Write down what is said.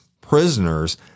prisoners